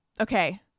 Okay